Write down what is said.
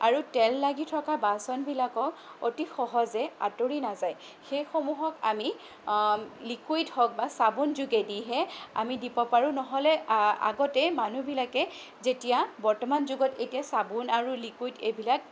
আৰু তেল লাগি থকা বাচনবিলাকক অতি সহজে আঁতৰি নাযায় সেইসমূহক আমি লিকুইড হওক বা চাবোন যোগেদিহে আমি দিব পাৰোঁ নহ'লে আ আগতে মানুহবিলাকে যেতিয়া বৰ্তমান যুগত এতিয়া চাবোন আৰু লিকুইড এইবিলাক